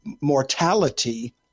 mortality